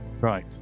Right